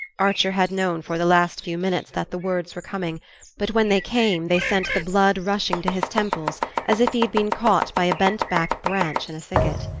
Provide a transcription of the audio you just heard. archer had known for the last few minutes that the words were coming but when they came they sent the blood rushing to his temples as if he had been caught by a bent-back branch in a thicket.